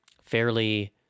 fairly